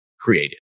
created